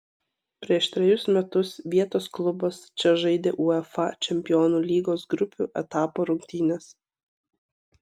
prieš trejus metus vietos klubas čia žaidė uefa čempionų lygos grupių etapo rungtynes